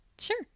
Sure